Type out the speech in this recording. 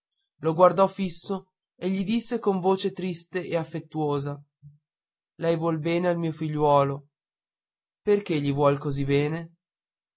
lo guardò fisso e gli disse con voce triste e affettuosa lei vuol bene al mio figliuolo perché gli vuole così bene